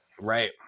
Right